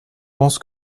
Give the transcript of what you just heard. pense